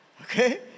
Okay